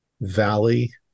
valley